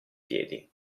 piedi